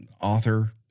author